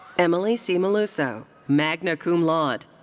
emily c. melluso, magna cum laude.